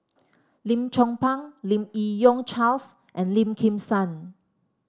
Lim Chong Pang Lim Yi Yong Charles and Lim Kim San